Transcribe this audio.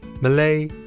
Malay